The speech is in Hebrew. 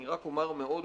אני רק אומר בקיצור,